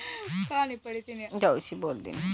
क्या टमाटर सर्दियों के मौसम में सबसे अच्छा उगता है?